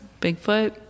Bigfoot